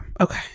Okay